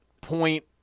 point